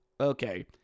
Okay